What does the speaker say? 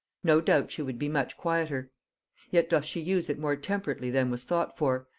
no doubt she would be much quieter yet doth she use it more temperately than was thought for,